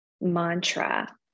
mantra